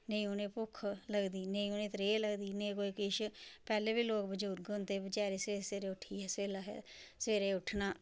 नेईं उ'नेंगी भुक्ख लगदी नेईं उ'नेंगी त्रेह् लगदी नेईं उ'नेंगी कोई किश पैह्लें बी लोग बजुर्ग होंदे हे बचारे सबेरे सबेरे उट्ठियै सबेला सबेरे उट्ठना